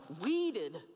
weeded